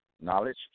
Knowledge